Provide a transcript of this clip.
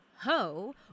Ho